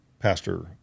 pastor